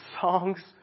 songs